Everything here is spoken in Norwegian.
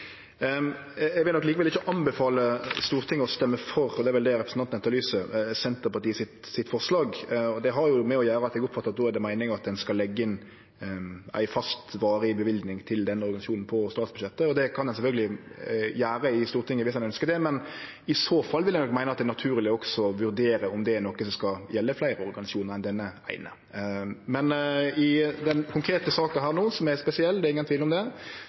Eg vil nok likevel ikkje anbefale Stortinget å stemme for – det er vel det representanten etterlyser – Senterpartiets forslag. Det har å gjere med at eg oppfattar at det då er meininga at ein skal leggje inn ei fast, varig løyving til den organisasjonen på statsbudsjettet. Det kan ein sjølvsagt gjere i Stortinget viss ein ønskjer det, men i så fall vil eg nok meine at det er naturleg også å vurdere om det er noko som skal gjelde fleire organisasjonar enn denne eine. I denne konkrete saka, som er spesiell – det er ingen tvil om det